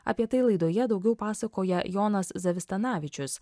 apie tai laidoje daugiau pasakoja jonas zavistanavičius